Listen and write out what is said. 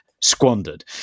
squandered